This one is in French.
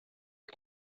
est